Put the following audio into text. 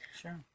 Sure